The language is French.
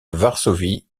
varsovie